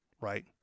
right